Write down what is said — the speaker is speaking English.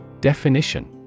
Definition